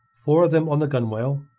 four of them on the gunwale,